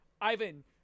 Ivan